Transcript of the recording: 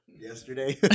Yesterday